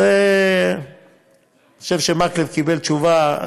אני חושב שמקלב קיבל תשובה.